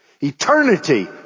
Eternity